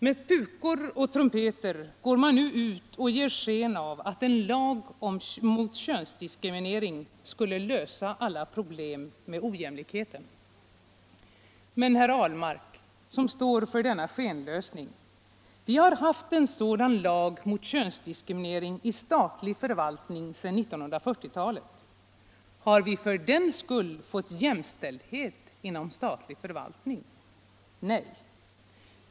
Med pukor och trumpeter går man nu ut och ger sken av en lag mot könsdiskriminering skulle lösa alla problem med ojämlikheten. Men jag vill påpeka för herr Ahlmark, som står för denna skenlösning, att vi har haft en sådan lag mot könsdiskriminering i statlig förvaltning sedan 1940-talet. Har vi för den skull fått jämställdhet inom statlig förvaltning? Nej!